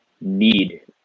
need